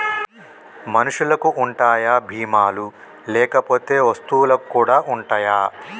మనుషులకి ఉంటాయా బీమా లు లేకపోతే వస్తువులకు కూడా ఉంటయా?